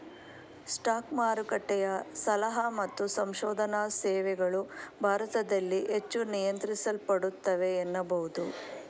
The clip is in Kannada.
ಸ್ಟಾಕ್ ಮಾರುಕಟ್ಟೆಯ ಸಲಹಾ ಮತ್ತು ಸಂಶೋಧನಾ ಸೇವೆಗಳು ಭಾರತದಲ್ಲಿ ಹೆಚ್ಚು ನಿಯಂತ್ರಿಸಲ್ಪಡುತ್ತವೆ ಎನ್ನಬಹುದು